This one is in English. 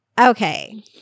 Okay